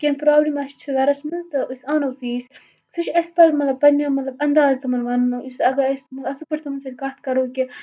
کینٛہہ پرٛابلِم اَسہِ چھےٚ گَرَس منٛز تہٕ أسۍ اَنو فیٖس سُہ چھِ اَسہِ پَتہٕ مطلب پنٛنہِ مطلب انداز تِمَن وَنُن یُس اگر أسۍ اَصٕل پٲٹھۍ تِمَن سۭتۍ کَتھ کَرو کہِ